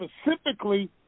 specifically